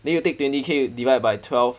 then you take twenty K divide by twelve